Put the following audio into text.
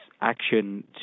action